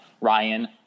ryan